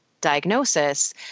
diagnosis